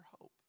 hope